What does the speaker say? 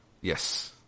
Yes